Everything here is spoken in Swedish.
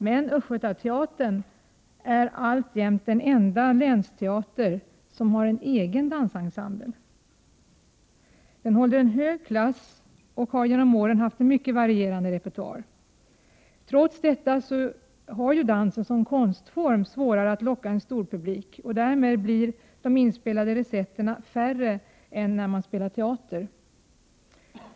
Men Östergötlands länsteater är alltjämt den enda länsteater som har en egen dansensemble. Den håller en hög klass, och den har genom åren haft en mycket varierande repertoar. Trots detta har dansen som konstform svårare att locka en storpublik, och därmed blir de inspelade recetterna mindre än när man spelar teater.